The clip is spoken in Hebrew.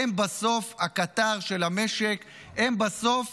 הם בסוף הקטר של המשק, הם בסוף